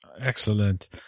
Excellent